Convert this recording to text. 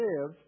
live